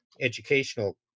educational